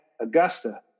Augusta